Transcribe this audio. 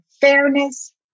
fairness